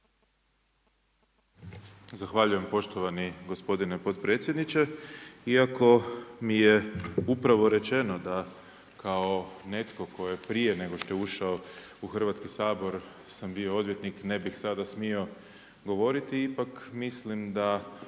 Zahvaljujem poštovani gospodine potpredsjedniče. Iako mi je upravo rečeno da kao netko tko je prije nego što je ušao u Hrvatski sabor sam bio odvjetnik, ne bi sada smio govoriti, ipak mislim da